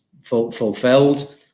fulfilled